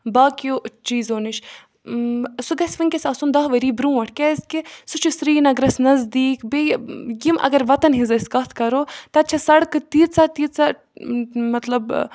باقیو چیٖزو نِش سُہ گژھِ وٕنکیٚس آسُن دہ ؤری برونٛٹھ کیازِ کہِ سُہ چھُ سرینَگرَس نزدیٖک بیٚیہِ یِم اَگر وَتَن ہِنٛز أسۍ کَتھ کَرو تَتہِ چھِ سَڑکہٕ تیٖژاہ تیٖژاہ مطلب